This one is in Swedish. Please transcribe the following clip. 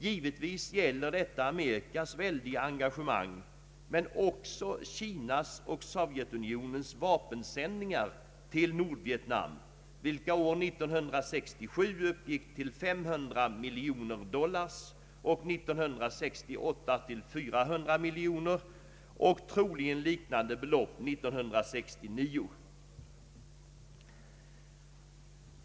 Givetvis gäller detta Amerikas väldiga engagemang men också Kinas och Sovjetunionens vapensändningar till Nordvietnam, vilka år 1967 omfattade 500 miljoner dollar, år 1968 400 miljoner dollar och troligen liknande belopp år 1969.